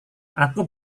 aku